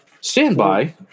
standby